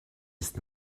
ist